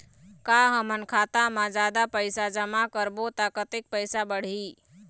का हमन खाता मा जादा पैसा जमा करबो ता कतेक पैसा बढ़ही?